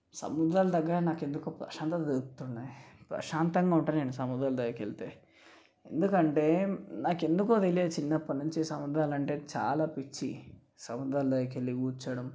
సముద్రాల దగ్గర నాకెందుకో ప్రశాంతత దొరుకుతుంది ప్రశాంతంగుంటా నేను సముద్రాలదగ్గరకెళ్తే ఎందుకంటే నాకెందుకో తెలీదు చిన్నప్పట్నుంచి సముద్రాల అంటే చాలా పిచ్చి సముద్రాల దగ్గరకెళ్ళి కూర్చోడం